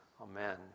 Amen